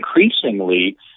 increasingly